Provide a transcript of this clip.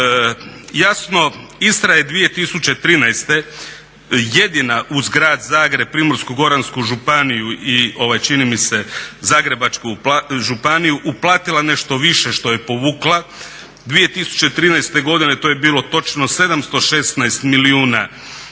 Jasno, Istra je 2013. jedina uz Grad Zagreb, Primorsko-goransku županiju i čini mi se Zagrebačku županiju uplatila nešto više što je povukla. 2013. godine to je bilo točno 716 milijuna